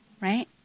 right